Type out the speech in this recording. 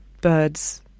birds